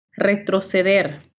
Retroceder